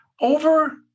Over